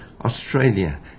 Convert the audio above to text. australia